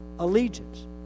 allegiance